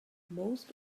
most